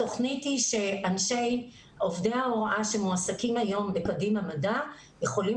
התוכנית היא שעובדי ההוראה שמועסקים היום בקדימה מדע יכולים